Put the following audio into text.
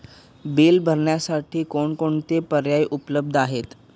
Bill भरण्यासाठी कोणकोणते पर्याय उपलब्ध आहेत?